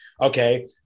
Okay